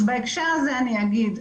אז בהקשר הזה אני אגיד,